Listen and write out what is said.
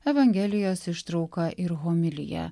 evangelijos ištrauka ir homilija